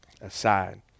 aside